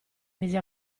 mise